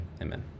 amen